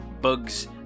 bugs